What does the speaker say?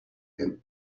him